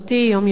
יומיומי,